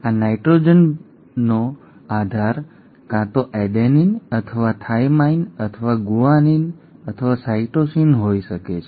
હવે આ નાઇટ્રોજનનો આધાર કાં તો એડેનીન અથવા થાઇમાઇન અથવા ગુઆનિન અથવા સાઇટોસિન હોઈ શકે છે